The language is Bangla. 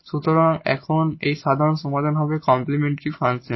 সুতরাং এখন সাধারণ সমাধান হবে কমপ্লিমেন্টরি ফাংশন